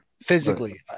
physically